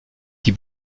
die